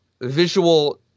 visual